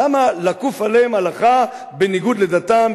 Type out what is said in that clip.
למה לכוף עליהם הלכה בניגוד לדתם,